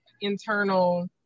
internal